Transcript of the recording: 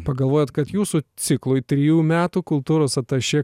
pagalvojat kad jūsų ciklui trijų metų kultūros atašė